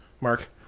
mark